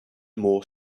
more